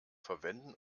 verwenden